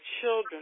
children